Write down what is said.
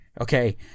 Okay